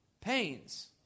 pains